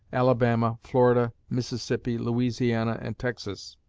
alabama, florida, mississippi, louisiana, and texas,